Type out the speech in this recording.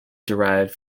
derived